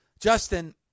Justin